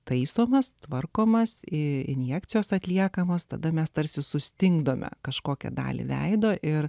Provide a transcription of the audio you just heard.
taisomas tvarkomas injekcijos atliekamos tada mes tarsi sustingdome kažkokią dalį veido ir